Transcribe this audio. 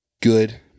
good